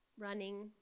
Running